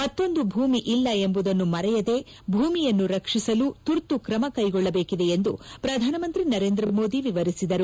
ಮತ್ತೊಂದು ಭೂಮಿ ಇಲ್ಲ ಎಂಬುದನ್ನು ಮರೆಯದೇ ಭೂಮಿಯನ್ನು ರಕ್ಷಿಸಲು ತುರ್ತು ಕ್ರಮಕೈಗೊಳ್ಳಬೇಕಿದೆ ಎಂದು ಪ್ರಧಾನಮಂತ್ರಿ ನರೇಂದ್ರ ಮೋದಿ ವಿವರಿಸಿದರು